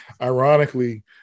ironically